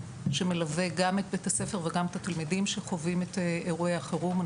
שמלווה גם את בית הספר וגם את התלמידים שחווים את אירועי החירום.